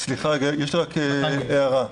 יש לי הערה.